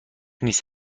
نیست